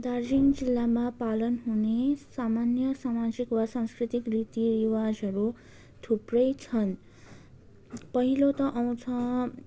दार्जिलिङ जिल्लामा पालन हुने सामान्य सामाजिक वा सांस्कृतिक रीतिरिवाजहरू थुप्रै छन् पहिलो त आउँछ